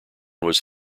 was